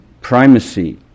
primacy